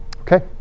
Okay